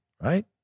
right